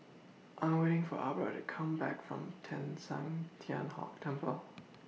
I Am waiting For Aubra to Come Back from Teng San Tian Hock Temple